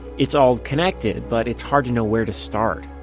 it's all connected, but it's hard to know where to start.